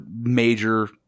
major